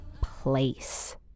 place